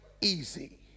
easy